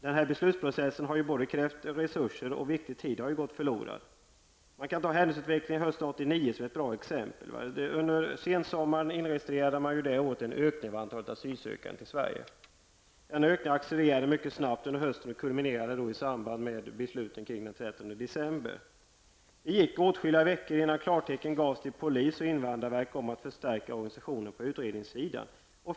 Denna beslutsprocess har krävt resurser, och viktig tid har gått förlorad. Händelseutvecklingen hösten 1989 kan utgöra ett bra exempel därpå. Under sensommaren det året inregistrerades en ökning av antalet asylsökande till Sverige. Denna ökning accelererade mycket snabbt under hösten och kulminerade i samband med regeringens ''13 december-beslut''. Det gick åtskilliga veckor innan klartecken gavs till polis och invandrarverk om att förstärka organisationen på utredningssidan.